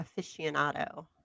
aficionado